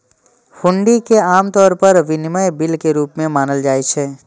हुंडी कें आम तौर पर विनिमय बिल के रूप मे मानल जाइ छै